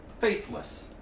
faithless